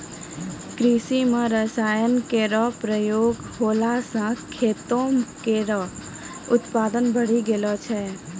कृषि म रसायन केरो प्रयोग होला सँ खेतो केरो उत्पादन बढ़ी गेलो छै